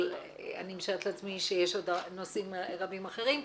אבל אני משערת לעצמי שיש עוד נושאים רבים אחרים.